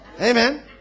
amen